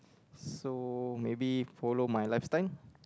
so maybe follow my lifestyle